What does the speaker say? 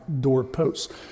doorposts